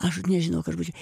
aš nežinau ką aš būčiau